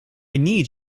need